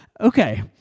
Okay